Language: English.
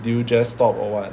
did you just stop or what